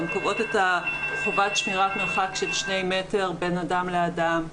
הן קובעות חובת שמירת מרחק של שני מטר בין אדם לאדם,